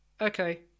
Okay